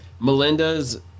Melinda's